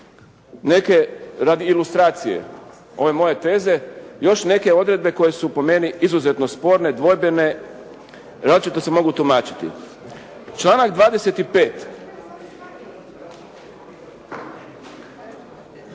radi ilustracije ove moje teze, još neke odredbe koje su po meni izuzetno sporne, dvojbe različito se mogu tumačiti. Članak 25.